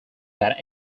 that